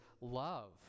love